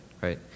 right